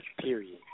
Period